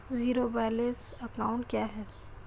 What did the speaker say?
Zero balance account क्या है?